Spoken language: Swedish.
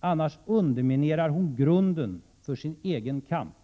Annars underminerar hon grunden för sin egen kamp.